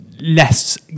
less